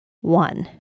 one